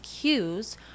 cues